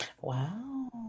Wow